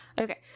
Okay